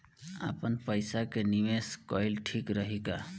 आपनपईसा के निवेस कईल ठीक रही का?